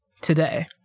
today